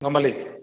গম পালি